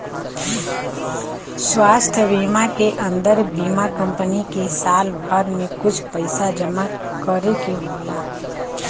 स्वास्थ बीमा के अन्दर बीमा कम्पनी के साल भर में कुछ पइसा जमा करे के होला